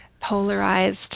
polarized